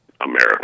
America